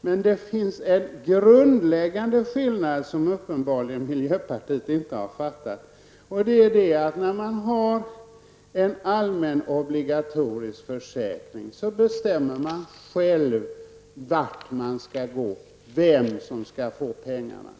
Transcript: Herr talman! Ja visst, men det finns en grundläggande skillnad, som uppenbarligen miljöpartiet inte har fattat, och det är att när man har en allmän och obligatorisk försäkring bestämmer man själv vart man skall gå, vem som skall få pengarna.